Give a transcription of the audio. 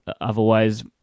otherwise